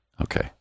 Okay